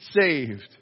saved